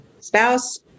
spouse